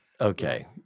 okay